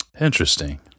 Interesting